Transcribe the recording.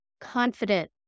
confident